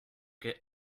get